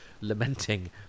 lamenting